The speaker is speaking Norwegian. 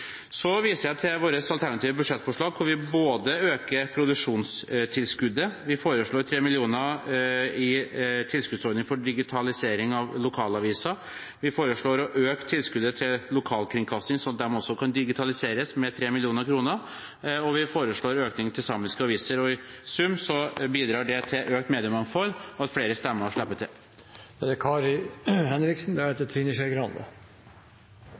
Så viser jeg til vårt alternative budsjettforslag, hvor vi øker produksjonstilskuddet, vi foreslår 3 mill. kr i tilskuddsordning for digitalisering av lokalaviser, vi foreslår å øke tilskuddet til lokalkringkasting – sånn at de også kan digitaliseres – med 3 mill. kr, og vi foreslår økning til samiske aviser. I sum bidrar det til økt mediemangfold og at flere stemmer slipper til.